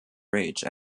ridge